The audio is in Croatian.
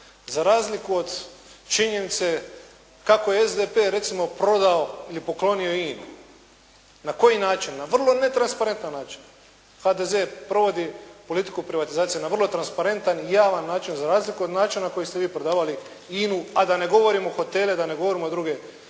za razliku od činjenice kako je SDP recimo prodao ili poklonio INA-u. Na koji način? Na vrlo netransparentan način. HDZ provodi politiku privatizacije na vrlo transparentan i javan način za razliku od načina na koji ste vi prodavali INA-u, a da ne govorimo hotele, da ne govorimo drugo